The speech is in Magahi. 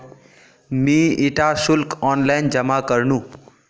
मी इटा शुल्क ऑनलाइन जमा करनु